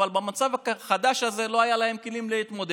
אבל במצב החדש הזה לא היו להם כלים להתמודד.